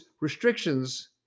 restrictions